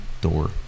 door